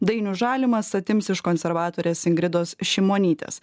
dainius žalimas atims iš konservatorės ingridos šimonytės